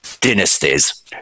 dynasties